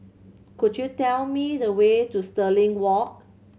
could you tell me the way to Stirling Walk